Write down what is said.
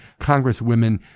Congresswomen